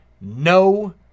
no